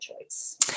choice